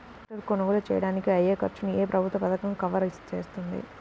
Tractor కొనుగోలు చేయడానికి అయ్యే ఖర్చును ఏ ప్రభుత్వ పథకం కవర్ చేస్తుంది?